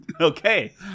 Okay